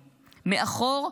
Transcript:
מאחור,